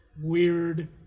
weird